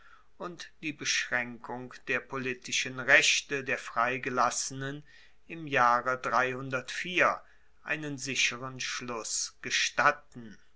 und die beschraenkung der politischen rechte der freigelassenen im jahre einen sicheren schluss gestatten